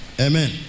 Amen